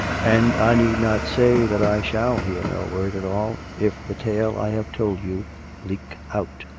and i need not say that i shall hear no word at all, if the tale i have told you leak out.